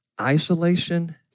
Isolation